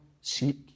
seek